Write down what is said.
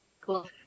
Cool